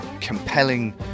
compelling